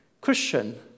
Christian